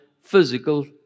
physical